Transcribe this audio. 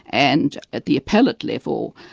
and at the appellate level,